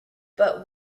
but